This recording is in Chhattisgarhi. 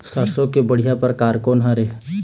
सरसों के बढ़िया परकार कोन हर ये?